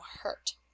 hurt